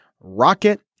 Rocket